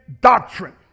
doctrine